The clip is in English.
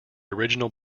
original